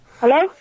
Hello